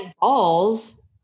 balls